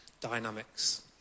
dynamics